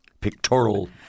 pictorial